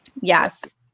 Yes